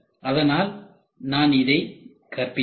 அதனால் நான் இதை கற்பித்தேன்